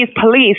police